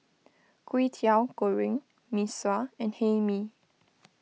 Kwetiau Goreng Mee Sua and Hae Mee